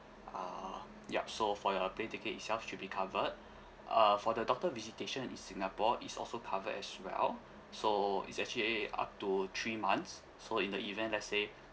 uh yup so for your plane ticket itself it should be covered uh for the doctor visitation in singapore is also covered as well so it's actually up to three months so in the event let's say